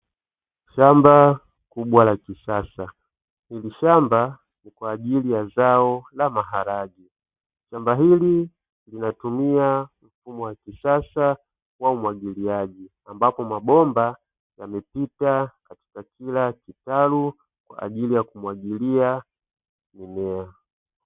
Shamba kubwa la kisasa, hili shamba ni kwa ajili ya zao la maharage. Shamba hili linatumia mfumo wa kisasa wa umwagiliaji ambapo mabomba yamepita katika kila kitalu kwa ajili ya kumwagilia mimea.